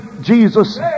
Jesus